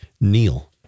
Neil